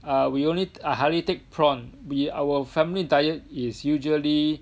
err we only I hardly take prawn we our family diet is usually